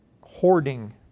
hoarding